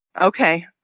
Okay